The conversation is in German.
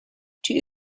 die